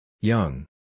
Young